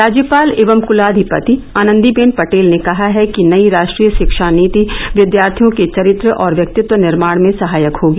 राज्यपाल एवं कुलाधिपति आनंदीबेन पटेल ने कहा कि नई राष्ट्रीय शिक्षा नीति विद्यार्थियों के चरित्र और व्यक्तित्व निर्माण में सहायक होगी